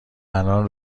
الان